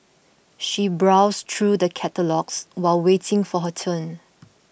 she browsed through the catalogues while waiting for her turn